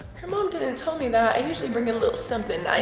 her mom didn't tell me that. i usually bring a little something nice.